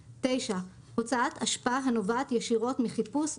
הוצאת אשפה הנובעת ישירות מחיפוש,